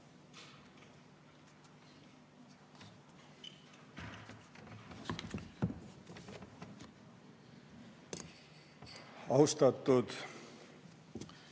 Austatud